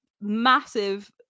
massive